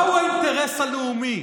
מהו האינטרס הלאומי?